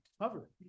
cover